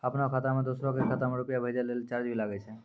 आपनों खाता सें दोसरो के खाता मे रुपैया भेजै लेल चार्ज भी लागै छै?